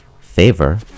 Favor